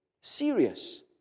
Serious